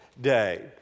day